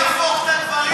אל תהפוך את הדברים.